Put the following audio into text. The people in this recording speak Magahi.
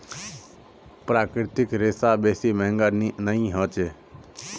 प्राकृतिक रेशा बेसी महंगा नइ ह छेक